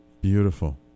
Beautiful